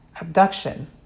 abduction